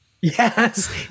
Yes